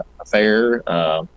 affair